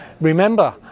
Remember